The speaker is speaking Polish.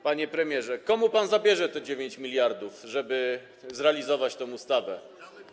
Panie premierze, komu pan zabierze te 9 mld, żeby zrealizować zapisy tej ustawy?